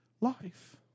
life